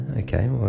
Okay